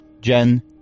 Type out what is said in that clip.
Jen